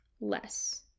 less